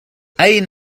أين